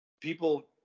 people